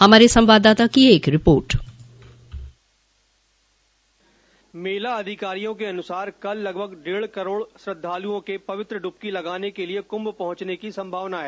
हमारे संवाददाता की एक रिपोर्ट मेला अधिकारियों के अनुसार कल लगभग डेढ़ करोड़ श्रद्धालुओ के पवित्र डुबकी लगाने के लिए कुम्म पहुँचने की उम्मीद है